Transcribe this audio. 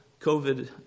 COVID